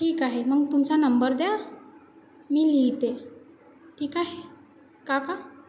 ठीक आहे मग तुमचा नंबर द्या मी लिहिते ठीक आहे काका